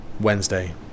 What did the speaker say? Wednesday